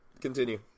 Continue